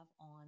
on